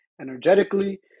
energetically